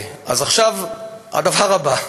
עכשיו הדבר הבא: